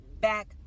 back